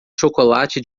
chocolate